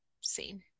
seen